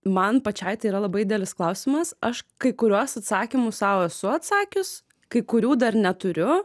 man pačiai tai yra labai didelis klausimas aš kai kuriuos atsakymus sau esu atsakius kai kurių dar neturiu